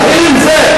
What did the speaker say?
תתחיל עם זה.